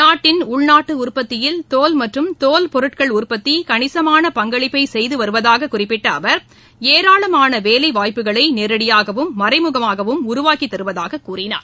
நாட்டின் உள்நாட்டு உற்பத்தியில் தோல் மற்றும் தோல் பொருட்கள் உற்பத்தி கணிசமான பங்களிப்பை செய்துவருவதாக குறிப்பிட்ட அவர் ஏராளமான வேலைவாய்ப்புகளை நேரடியாகவும் மறைமுகமாகவும் உருவாக்கித்தருவதாக கூறினார்